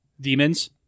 demons